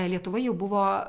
lietuva jau buvo